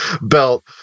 belt